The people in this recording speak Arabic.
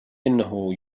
إنه